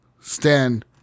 stand